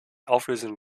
auflösung